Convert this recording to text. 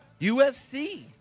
USC